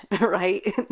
right